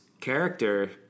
character